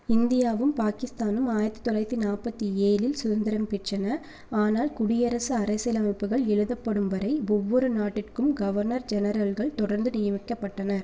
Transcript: இந்தியாவும் பாகிஸ்தானும் ஆயிரத்து தொள்ளாயிரத்து நாற்பத்தேழில் சுதந்திரம் பெற்றன ஆனால் குடியரசு அரசியலமைப்புகள் எழுதப்படும் வரை ஒவ்வொரு நாட்டிற்கும் கவர்னர் ஜெனரல்கள் தொடர்ந்து நியமிக்கப்பட்டனர்